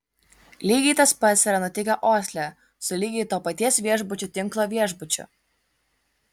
lygiai tas pats yra nutikę osle su lygiai to paties viešbučių tinklo viešbučiu